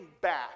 back